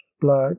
black